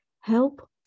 Help